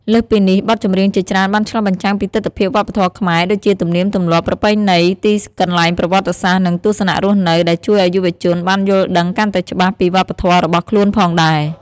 លើសពីនេះ បទចម្រៀងជាច្រើនបានឆ្លុះបញ្ចាំងពីទិដ្ឋភាពវប្បធម៌ខ្មែរ ដូចជាទំនៀមទម្លាប់ ប្រពៃណី ទីកន្លែងប្រវត្តិសាស្ត្រ និងទស្សនៈរស់នៅ ដែលជួយឲ្យយុវជនបានយល់ដឹងកាន់តែច្បាស់ពីវប្បធម៌របស់ខ្លួនផងដែរ ។